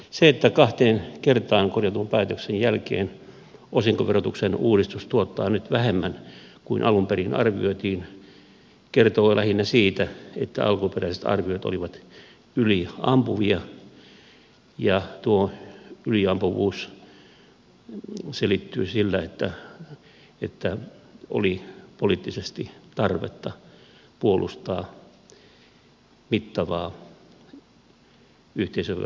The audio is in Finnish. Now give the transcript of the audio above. se että kahteen kertaan korjatun päätöksen jälkeen osinkoverotuksen uudistus tuottaa nyt vähemmän kuin alun perin arvioitiin kertoo lähinnä siinä että alkuperäiset arviot olivat yliampuvia ja tuo yliampuvuus selittyy sillä että oli poliittisesti tarvetta puolustaa mittavaa yhteisöveron alennusta